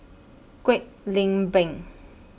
Kwek Leng Beng